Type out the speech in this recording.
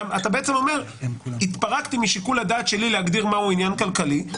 אתה בעצם אומר: התפרקתי משיקול הדעת שלי להגדיר מהו עניין כלכלי,